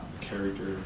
character